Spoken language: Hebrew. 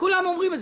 כולם אומרים את